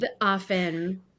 often